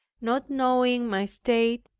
not knowing my state,